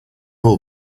all